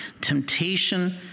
Temptation